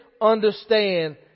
understand